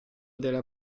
della